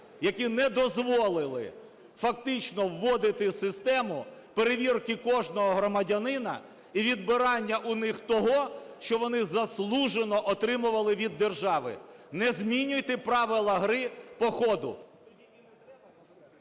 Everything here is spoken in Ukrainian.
які не дозволили фактично вводити систему перевірки кожного громадянина і відбирання у них того, що вони заслужено отримували від держави. Не змінюйте правила гри по ходу!